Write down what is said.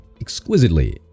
exquisitely